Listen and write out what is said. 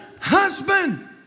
husband